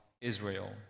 Israel